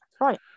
Right